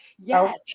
Yes